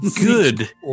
good